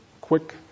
quick